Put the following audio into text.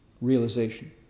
realization